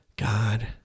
God